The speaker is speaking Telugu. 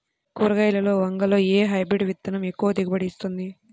కూరగాయలలో వంగలో ఏ హైబ్రిడ్ విత్తనం ఎక్కువ దిగుబడిని ఇస్తుంది?